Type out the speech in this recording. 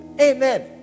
Amen